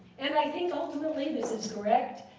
and, i think, ultimately this is correct,